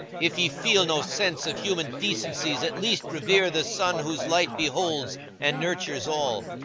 if ye feel no sense of human decencies, at least revere the sun whose light beholds and nurtures all.